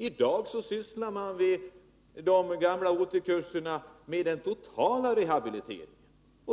I dagens OT-kurser ägnar man sig åt den totala rehabiliteringen.